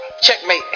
Checkmate